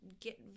get